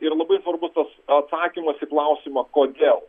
ir labai svarbus tas atsakymas į klausimą kodėl